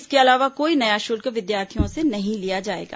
इसके अलावा कोई नया शुल्क विद्यार्थियों से नहीं लिया जाएगा